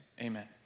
Amen